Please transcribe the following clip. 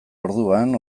orduan